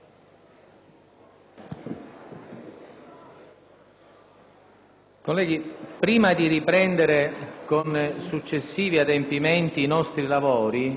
Colleghi, prima di riprendere con i successivi adempimenti i nostri lavori, preciso, in relazione a richieste avanzate da onorevoli colleghi,